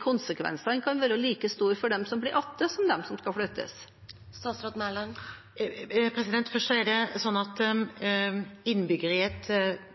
Konsekvensene kan være like store for dem som blir igjen, som for dem som skal flyttes. Innbyggere i et avgrenset område i en bygd har ikke noe representativt organ. Det